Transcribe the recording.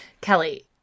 Kelly